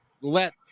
let